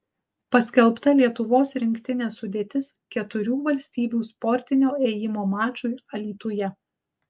paskelbta lietuvos rinktinės sudėtis keturių valstybių sportinio ėjimo mačui alytuje